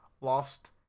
lost